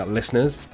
listeners